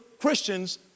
Christians